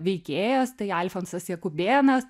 veikėjas tai alfonsas jakubėnas